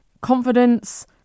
confidence